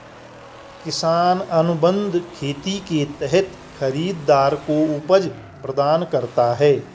किसान अनुबंध खेती के तहत खरीदार को उपज प्रदान करता है